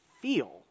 feel